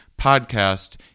podcast